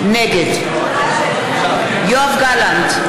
נגד יואב גלנט,